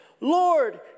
Lord